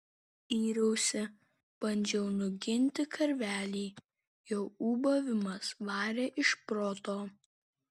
yriausi bandžiau nuginti karvelį jo ūbavimas varė iš proto